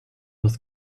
was